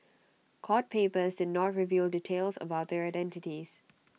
court papers did not reveal details about their identities